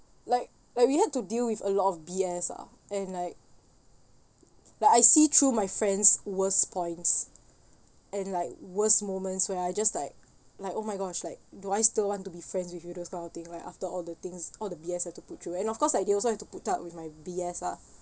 like like we had to deal with a lot of B_S ah and like like I see through my friends worst points and like worst moments where I just like like oh my gosh like do I still want to be friends with you those kind of thing like after all the things all the B_S have to put through and of course like they also have to put up with my B_S ah